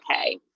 okay